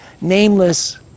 nameless